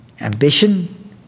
Ambition